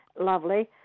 lovely